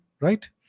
right